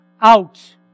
out